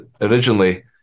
originally